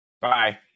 Bye